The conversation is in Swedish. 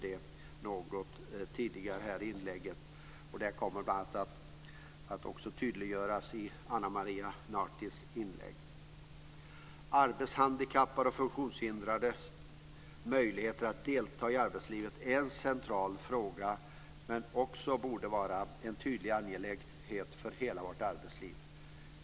Detta kommer att tydliggöras i Arbetshandikappades och funktionshindrades möjligheter att delta i arbetslivet är en central fråga för Folkpartiet, men det borde också vara en tydlig angelägenhet för hela vårt arbetsliv.